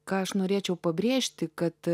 ką aš norėčiau pabrėžti kad